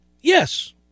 yes